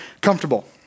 comfortable